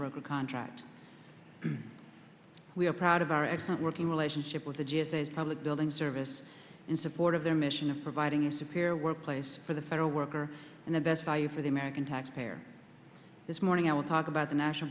broke a contract we are proud of our excellent working relationship with the g s a public building service in support of their mission of providing a superior workplace for the federal worker and the best value for the american taxpayer this morning i will talk about the national